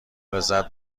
لذت